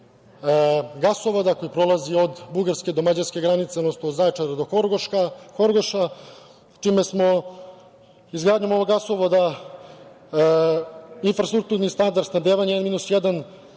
km gasovoda koji prolazi od bugarske do mađarske granice, odnosno od Zaječara do Horgoša. Time smo izgradnju novog gasovoda, infrastrukturni standard snabdevanje N-1